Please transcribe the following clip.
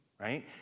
right